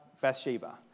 Bathsheba